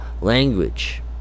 language